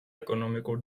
ეკონომიკურ